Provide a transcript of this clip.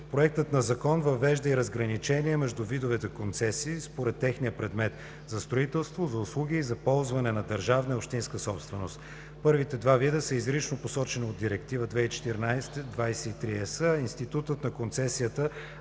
Проектът на закон въвежда и разграничение между видовете концесии, според техния предмет – за строителство, за услуги и за ползване на държавна и общинска собственост. Първите два вида са изрично посочени от Директива 2014/23/ЕС, а институтът на концесията